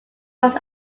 most